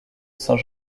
saint